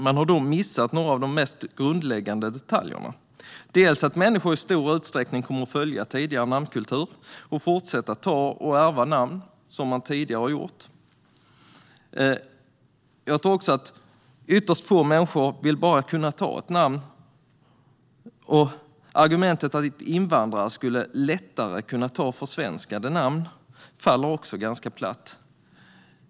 Man har missat några av de mest grundläggande detaljerna. Människor kommer i stor utsträckning att följa tidigare namnkultur och fortsätta att ta och ärva namn, som man tidigare har gjort. Jag tror också att ytterst få människor bara vill ta ett namn. Argumentet att invandrare lättare skulle kunna ta försvenskade namn faller också ganska platt.